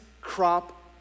crop